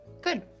Good